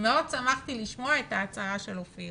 מאוד שמחתי לשמוע את ההצהרה של אופיר